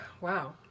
Wow